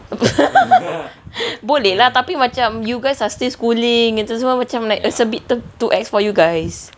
boleh lah tapi macam you guys are still schooling itu semua macam it's a bit too ex for you guys